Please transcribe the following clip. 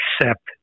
accept